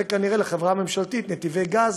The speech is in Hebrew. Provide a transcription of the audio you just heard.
וכנראה לחברה הממשלתית נתיבי גז,